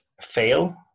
fail